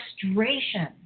frustration